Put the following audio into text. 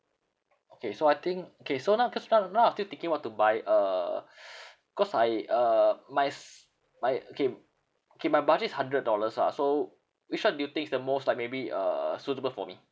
okay so I think K so now cause now now I still thinking what to buy uh cause I uh my s~ my okay okay my budget is hundred dollars ah so which one do you think is the most like maybe uh uh suitable for me